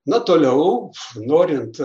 na toliau norint